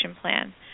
plan